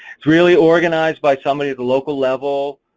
it's really organized by somebody at the local level,